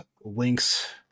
links